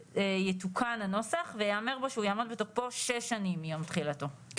יתוקן הנוסח ויאמר בו שהוא יעמוד בתוקפו שש שנים מיום תחילתו,